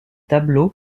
tableaux